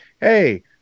hey